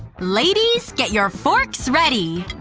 ladies, get your forks ready!